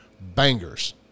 bangers